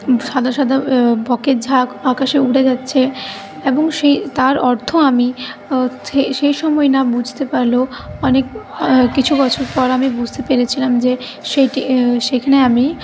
সাদা সাদা বকের ঝাঁক আকাশে উড়ে যাচ্ছে এবং সেই তার অর্থ আমি সে সেই সময় না বুঝতে পারলেও অনেক কিছু বছর পর আমি বুঝতে পেরেছিলাম যে সেটি সেখানে আমি